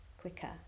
quicker